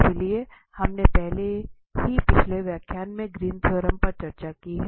इसलिए हमने पहले ही पिछले व्याख्यानों में ग्रीन थ्योरम पर चर्चा की है